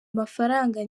mafaranga